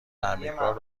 تعمیرکار